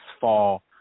fall